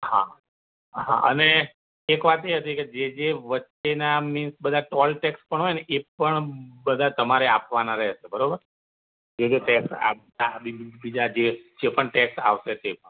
હા હા અને એક વાતએ હતી કે જે જે વચ્ચેના મીન્સ કે બધા ટોલ ટેક્સ પણ હોયને એ પણ બધા તમારે આપવાના રહેશે બરોબર જે જે ટેક્સ બીજા જે જે પણ ટેક્સ આવશે તે